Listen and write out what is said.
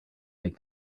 make